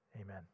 Amen